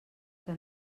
que